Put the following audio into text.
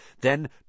then